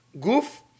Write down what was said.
goof